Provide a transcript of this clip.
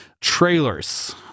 Trailers